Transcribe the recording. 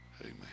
Amen